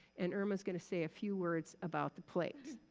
and irma's gonna say a few words about the plate.